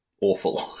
awful